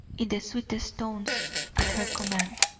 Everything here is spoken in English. in the sweetest tones at her command.